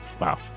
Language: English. wow